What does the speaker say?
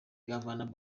governor